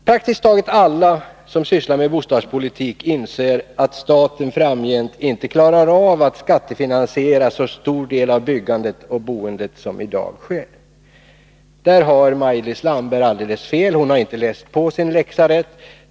Praktiskt taget alla som sysslar med bostadspolitik inser att staten framgent inte klarar av att skattefinansiera så stor del av byggandet och boendet som i dag sker. På den punkten har Maj-Lis Landberg en alldeles felaktig uppfattning. Hon har inte läst på sin läxa rätt.